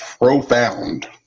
Profound